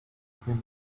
between